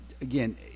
Again